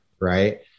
right